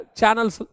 channels